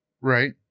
right